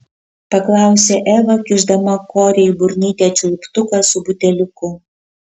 paklausė eva kišdama korei į burnytę čiulptuką su buteliuku